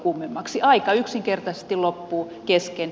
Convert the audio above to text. aika yksinkertaisesti loppuu kesken